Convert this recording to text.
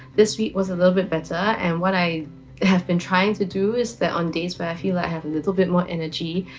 this week was a little bit better and what i have been trying to do is that on days where i feel like i have a little bit more energy,